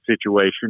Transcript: situation